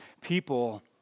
people